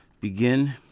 begin